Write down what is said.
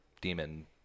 demon